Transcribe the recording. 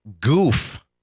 goof